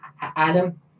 Adam